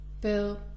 Bill